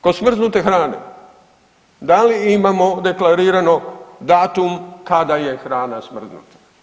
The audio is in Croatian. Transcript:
Kod smrznute hrane, da li imamo deklarirano datum kada je hrana smrznuta?